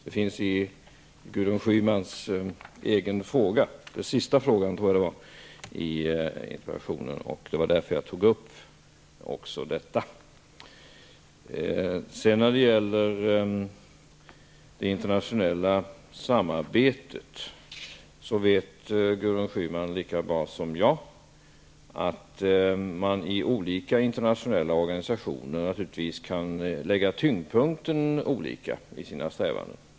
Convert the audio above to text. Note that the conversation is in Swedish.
Det finns i Gudrun Schymans egen interpellation, den sista frågan, tror jag, och det var därför jag tog upp detta. När det gäller det internationella samarbetet vet Gudrun Schyman lika bra som jag att man i olika internationella organisationer naturligtvis kan lägga tyngdpunkten olika i sina strävanden.